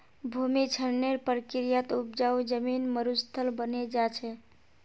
भूमि क्षरनेर प्रक्रियात उपजाऊ जमीन मरुस्थल बने जा छे